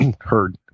heard